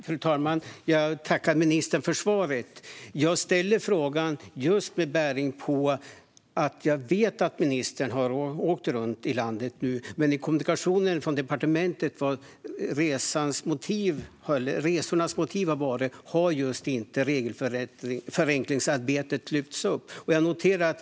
Fru talman! Jag tackar ministern för svaret. Jag ställer frågan just därför att jag vet att ministern nu har åkt runt i landet. I departementets kommunikation om resornas motiv har dock inte regelförenklingsarbetet lyfts upp.